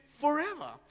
forever